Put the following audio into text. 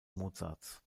mozarts